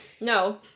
No